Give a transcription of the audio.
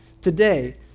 today